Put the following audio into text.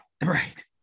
Right